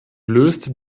löste